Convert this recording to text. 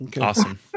Awesome